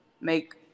make